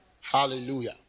Hallelujah